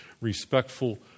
respectful